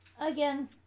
Again